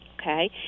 Okay